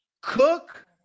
cook